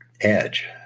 edge